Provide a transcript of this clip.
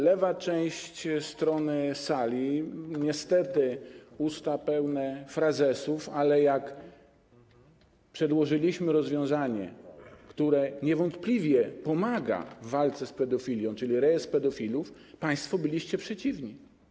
Lewa część sali niestety ma usta pełne frazesów, ale jak przedłożyliśmy rozwiązanie, które niewątpliwie pomaga w walce z pedofilią, czyli rejestr pedofilów, państwo byliście przeciwni.